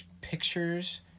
pictures